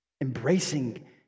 embracing